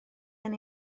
gen